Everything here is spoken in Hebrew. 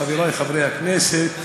חברי חברי הכנסת,